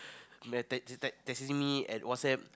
like text text texting me and WhatsApp